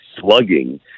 slugging